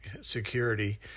security